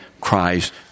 Christ